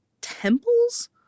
temples